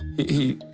he